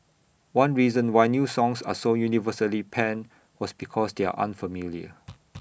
one reason why new songs are so universally panned was because they are unfamiliar